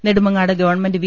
നെടു Mangad government V